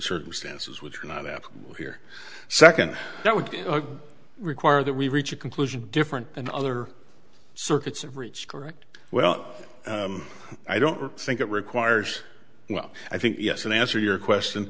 circumstances which cannot happen here second that would require that we reach a conclusion different than other circuits of reach correct well i don't think it requires well i think yes an answer your question